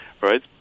right